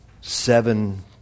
seven